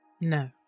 No